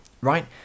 right